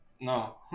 no